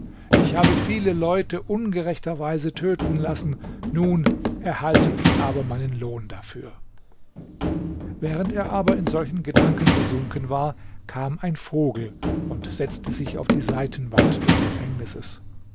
ich habe viele leute ungerechterweise töten lassen nun erhalte ich aber meinen lohn dafür während er aber in solchen gedanken versunken war kam ein vogel und setzte sich auf die seitenwand des gefängnisses